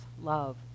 love